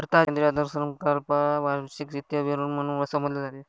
भारताच्या केंद्रीय अर्थसंकल्पाला वार्षिक वित्तीय विवरण म्हणून संबोधले जाते